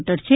metre છે